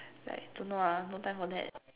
like don't know lah no time for that